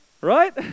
right